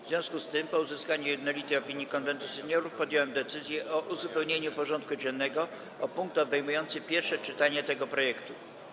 W związku z tym, po uzyskaniu jednolitej opinii Konwentu Seniorów, podjąłem decyzję o uzupełnieniu porządku dziennego o punkt obejmujący pierwsze czytanie tego projektu.